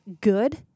good